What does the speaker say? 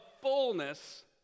fullness